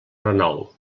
renou